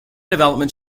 development